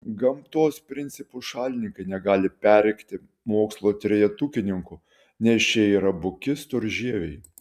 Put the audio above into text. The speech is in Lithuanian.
gamtos principų šalininkai negali perrėkti mokslo trejetukininkų nes šie yra buki storžieviai